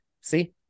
See